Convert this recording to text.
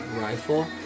Rifle